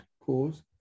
cause